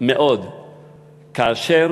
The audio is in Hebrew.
מאוד כאשר